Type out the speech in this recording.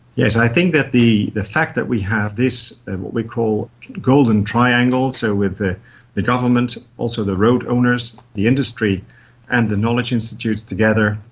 yes, i think that the the fact that we have this and what we call golden triangle, so with the the government and also the road owners, the industry and the knowledge institutes together,